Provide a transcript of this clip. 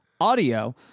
Audio